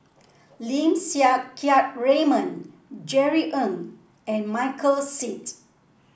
Lim Siang Keat Raymond Jerry Ng and Michael Seet